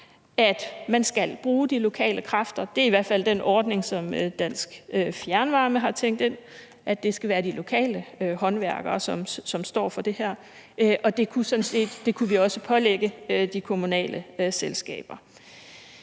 at man skal bruge de lokale kræfter. Det er i hvert fald den ordning, som Dansk Fjernvarme har tænkt ind, altså at det skal være de lokale håndværkere, som står for det her. Det kunne vi også pålægge de kommunale selskaber.